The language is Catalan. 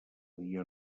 dia